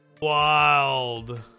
Wild